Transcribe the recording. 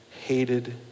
hated